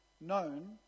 known